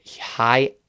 high